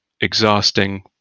exhausting